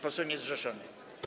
Poseł niezrzeszony.